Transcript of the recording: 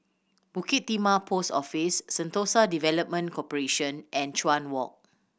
Bukit Timah Post Office Sentosa Development Corporation and Chuan Walk